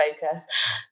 focus